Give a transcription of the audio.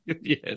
Yes